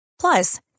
Plus